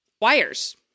wires